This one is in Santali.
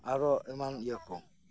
ᱟᱨᱚ ᱮᱢᱟᱱ ᱤᱭᱟᱹ ᱠᱚ